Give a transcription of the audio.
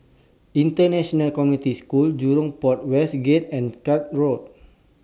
International Community School Jurong Port West Gate and Cuff Road